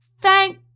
Thank